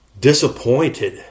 disappointed